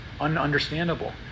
ununderstandable